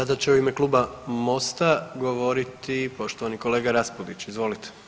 Sada će u ime Kluba Mosta govoriti poštovani kolega Raspudić, izvolite.